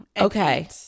Okay